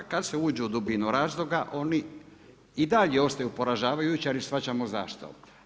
Kad se uđe u dubinu razloga oni i dalje ostaju poražavajući ali shvaćamo zašto.